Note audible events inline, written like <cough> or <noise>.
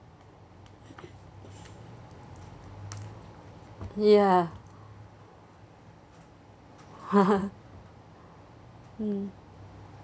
ya <laughs> mm